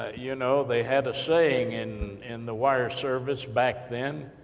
ah you know, they had a saying, in in the wire service back then,